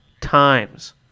times